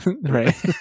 Right